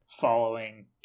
following